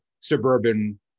suburban